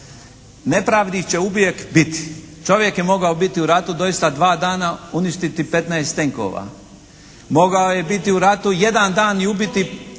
nepravdi će uvijek biti. Čovjek je mogao biti u ratu doista dva dana, uništiti 15 tenkova. Mogao je biti u ratu jedan dan i ubiti